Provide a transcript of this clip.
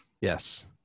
Yes